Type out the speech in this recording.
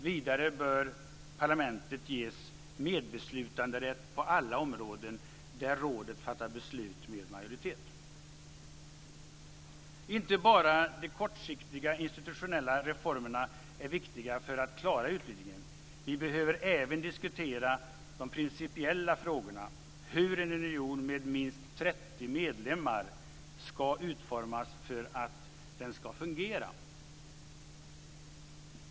Vidare bör parlamentet ges medbeslutanderätt på alla områden där rådet fattar beslut med majoritet. Inte bara de kortsiktiga institutionella reformerna är viktiga för att klara utvidgningen. Vi behöver även diskutera de principiella frågorna; hur en union med minst 30 medlemsländer ska utformas för att den ska fungera.